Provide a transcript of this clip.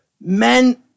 men